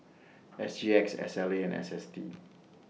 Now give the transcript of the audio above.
S G X S L A and S S T